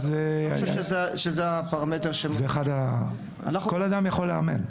אני חושב שזהו הפרמטר --- כל אדם יכול לאמן.